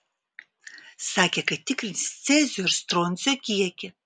sakė kad tikrins cezio ir stroncio kiekį